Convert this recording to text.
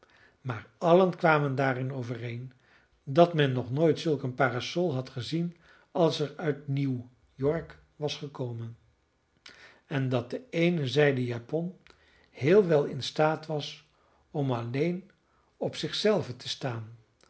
maar allen kwamen daarin overeen dat men nog nooit zulk een parasol had gezien als er uit nieuw york was gekomen en dat de eene zijden japon heel wel in staat was om alleen op zich zelven te staan